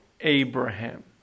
Abraham